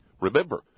Remember